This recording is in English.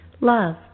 love